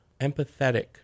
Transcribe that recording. empathetic